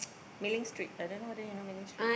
Mei-Ling-Street I don't know whether you know Mei-Ling-Street